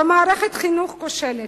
במערכת חינוך כושלת,